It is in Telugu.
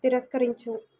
తిరస్కరించు